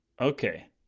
Okay